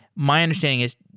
my understanding is,